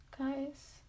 guys